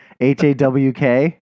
H-A-W-K